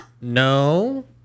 No